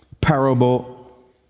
parable